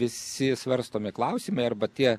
visi svarstomi klausimai arba tie